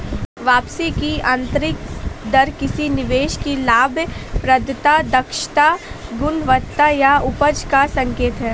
वापसी की आंतरिक दर किसी निवेश की लाभप्रदता, दक्षता, गुणवत्ता या उपज का संकेत है